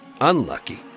Unlucky